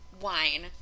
wine